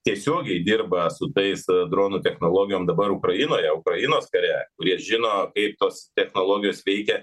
tiesiogiai dirba su tais e dronų technologijom dabar ukrainoje ukrainos kare kurie žino kaip tos technologijos veikia